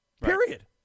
period